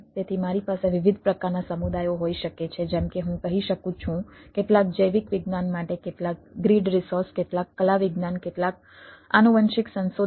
તેથી મારી પાસે વિવિધ પ્રકારના સમુદાયો હોઈ શકે છે જેમ કે હું કહી શકું છું કેટલાક જૈવિક વિજ્ઞાન માટે કેટલાક ગ્રીડ રિસોર્સ કેટલાક કલા વિજ્ઞાન કેટલાક આનુવંશિક સંશોધન